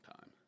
time